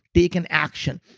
take an action.